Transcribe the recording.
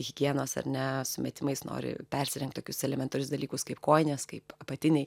higienos ar ne sumetimais nori persirengt tokius elementarius dalykus kaip kojinės kaip apatiniai